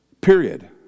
Period